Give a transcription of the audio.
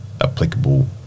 applicable